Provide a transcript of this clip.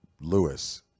Lewis